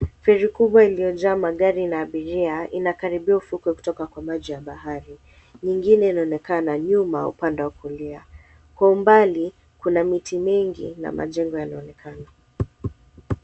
Feri kubwa iliyojaa magari na abiria inakaribia ufukwe kutoka kwa maji ya bahari. Lingine linaonekana nyuma upande wa kulia. Kwa umbali kuna miti mingi na majengo yanaonekana.